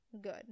good